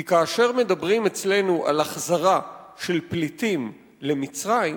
כי כאשר מדברים אצלנו על החזרה של פליטים למצרים,